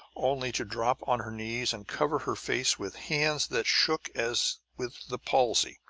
only to drop on her knees and cover her face with hands that shook as with the palsy.